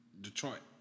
Detroit